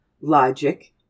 logic